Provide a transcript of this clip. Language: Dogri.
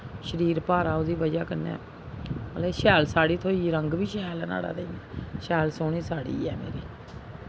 शरीर भारा ओह्दी बजह् कन्नै मतलब शैल साड़ी थ्होई रंग बी शैल न्हाड़ा ते शैल सोह्नी साड़ी ऐ मेरी